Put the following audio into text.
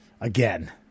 again